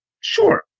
sure